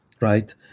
right